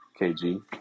KG